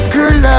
Girl